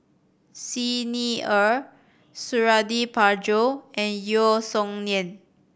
Xi Ni Er Suradi Parjo and Yeo Song Nian